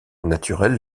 naturelle